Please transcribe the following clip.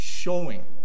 Showing